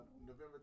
November